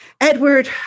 Edward